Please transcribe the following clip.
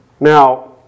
Now